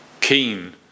keen